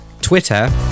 twitter